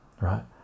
right